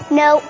no